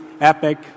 EPIC